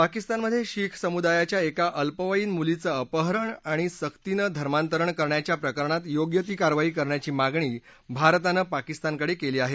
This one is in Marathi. पाकिस्तानमध्ये शीख समुदायाच्या एका अल्पवयीन मुलीचं अपहरण आणि सक्तीनं धर्मांतरण करण्याच्या प्रकरणात योग्य ती कारवाई करण्याची मागणी भारतानं पाकिस्तानकडे केली आहे